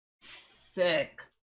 sick